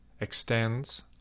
extends